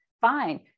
Fine